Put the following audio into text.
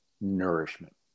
nourishment